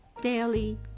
daily